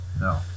No